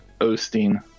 Osteen